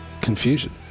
confusion